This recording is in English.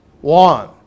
One